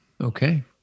Okay